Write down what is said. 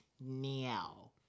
now